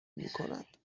میکند